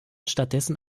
stattdessen